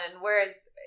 whereas